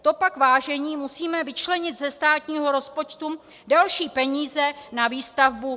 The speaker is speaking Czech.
To pak, vážení, musíme vyčlenit ze státního rozpočtu další peníze na výstavbu chudobinců.